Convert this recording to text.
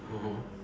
mmhmm